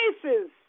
places